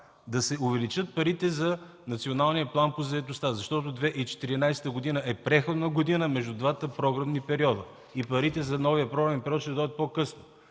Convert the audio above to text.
да се увеличат парите за Националния план по заетостта, защото 2014 г. е преходна година между двата програмни периода и парите за новия програмен период ще дойдат по-късно.